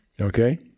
Okay